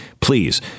Please